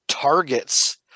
targets